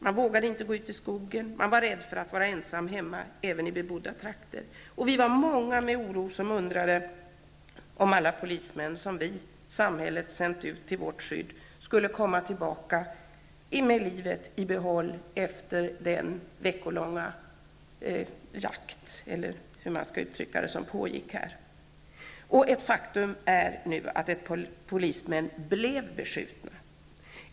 Man vågade inte gå ut i skogen, man var rädd för att vara ensam hemma, även i bebodda trakter, och vi var många som med oro undrade om alla polismän som vi/samhället sänt ut till vårt skydd skulle komma tillbaka med livet i behåll efter den veckolånga jakt -- eller hur man skall uttrycka det -- Faktum är att polismän blev beskjutna.